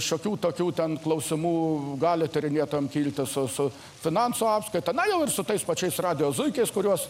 šiokių tokių ten klausimų gali tyrinėtojam kilti su su finansų apskaita na jau ir su tais pačiais radijo zuikiais kuriuos